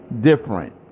different